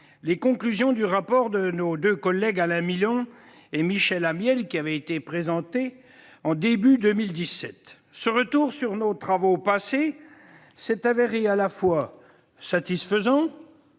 les conclusions du rapport de nos collègues Alain Milon et Michel Amiel présenté au début de 2017. Ce retour sur nos travaux passés s'est révélé à la fois satisfaisant